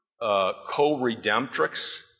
co-redemptrix